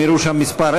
הם יראו שם אפס,